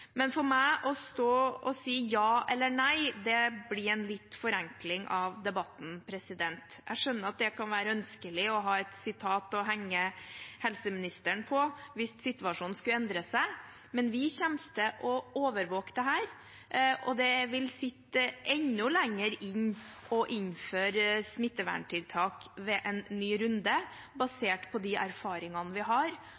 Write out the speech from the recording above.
For meg å stå og si ja eller nei blir en litt forenkling av debatten, men jeg skjønner at det kan være ønskelig å ha et sitat å henge helseministeren på hvis situasjonen skulle endre seg. Vi kommer til å overvåke dette, og det vil sitte enda lenger inne å innføre smitteverntiltak ved en ny runde,